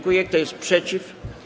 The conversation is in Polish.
Kto jest przeciw?